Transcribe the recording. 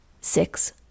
Six